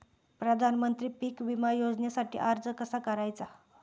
प्रधानमंत्री पीक विमा योजनेसाठी अर्ज कसा करायचा?